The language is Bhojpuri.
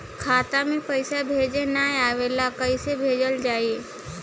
खाता में पईसा भेजे ना आवेला कईसे भेजल जाई?